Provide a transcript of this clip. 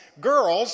girls